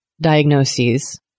diagnoses